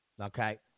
Okay